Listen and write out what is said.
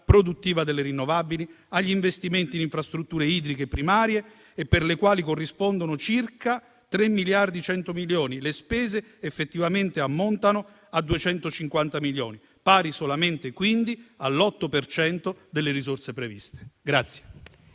delle rinnovabili, agli investimenti in infrastrutture idriche primarie e per le quali corrispondono circa 3,1 miliardi. Le spese effettivamente ammontano a 250 milioni, pari solamente, quindi, all'8 per cento delle risorse previste.